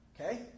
Okay